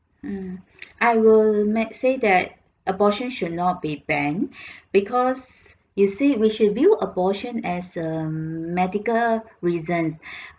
mm I will make say that abortion should not be banned because you see we should view abortion as a medical reasons